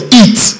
eat